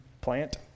plant